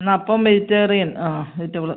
അപ്പം വെജിറ്റേറിയൻ ആ വെജിറ്റബിള്